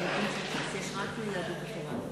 עשר דקות, בבקשה.